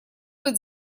быть